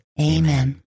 Amen